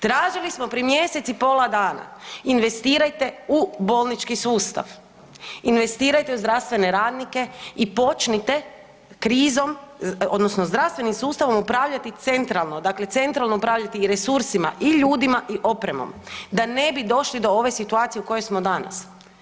Tražili smo prije mjesec i pola dana investirajte u bolnički sustav, investirajte u zdravstvene radnike i počnite krizom odnosno zdravstvenim sustavom upravljati centralno, dakle centralno upravljati i resursima i ljudima i opremom da ne bi došli do ove situacije u kojoj smo danas.